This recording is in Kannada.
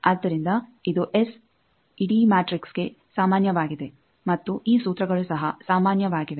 ಆದ್ದರಿಂದ ಇದು ಎಸ್ ಇಡೀ ಮ್ಯಾಟ್ರಿಕ್ಸ್ಗೆ ಸಾಮಾನ್ಯವಾಗಿದೆ ಮತ್ತು ಈ ಸೂತ್ರಗಳು ಸಹ ಸಾಮಾನ್ಯವಾಗಿದೆ